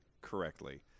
correctly